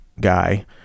guy